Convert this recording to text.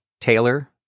Taylor